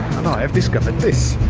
and i have discovered this